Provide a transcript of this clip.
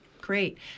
Great